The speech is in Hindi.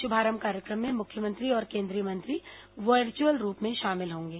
शुभारंभ कार्यक्रम में मुख्यमंत्री और केन्द्रीय मंत्री वर्चुअल रूप में शामिल होंगे